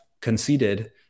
conceded